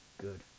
good